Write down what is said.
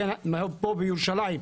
פה בירושלים,